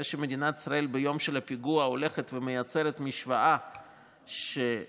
זה שמדינת ישראל ביום של הפיגוע הולכת ומייצרת משוואה שכשלא